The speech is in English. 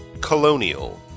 COLONIAL